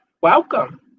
Welcome